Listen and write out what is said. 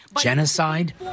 Genocide